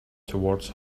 towards